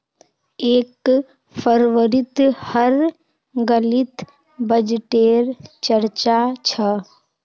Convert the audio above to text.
एक फरवरीत हर गलीत बजटे र चर्चा छ